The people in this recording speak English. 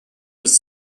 was